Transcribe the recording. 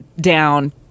down